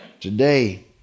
Today